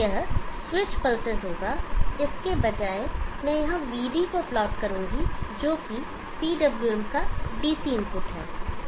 यह switch pulses होगा इसके बजाय मैं यहां Vd को प्लॉट करूंगा जो कि PWM का डीसी इनपुट है